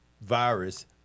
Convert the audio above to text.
Virus